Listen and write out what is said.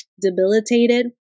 debilitated